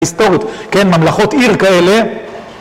היסטוריות, כן, ממלכות עיר כאלה.